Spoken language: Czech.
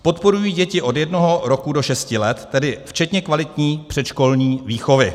Podporují děti od jednoho roku do šesti let, tedy včetně kvalitní předškolní výchovy.